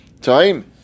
time